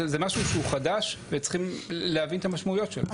זה משהו שהוא חדש וצריכים להבין את המשמעות שלו.